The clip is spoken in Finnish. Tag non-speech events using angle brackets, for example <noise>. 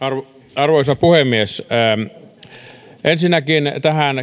arvoisa puhemies ensinnäkin tähän <unintelligible>